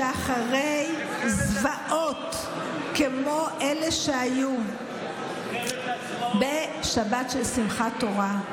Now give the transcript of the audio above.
שאחרי זוועות כמו אלה שהיו בשבת של שמחת תורה,